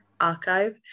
Archive